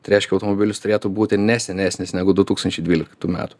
tai reiškia automobilis turėtų būti ne senesnis negu du tūkstančiai dvyliktų metų